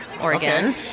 Oregon